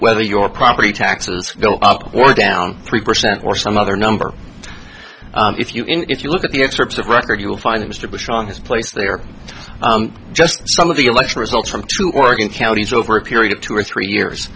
whether your property taxes go up or down three percent or some other number if you if you look at the excerpts of record you'll find mr bush on his place they are just some of the election results from two oregon counties over a period of two or three years